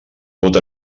pot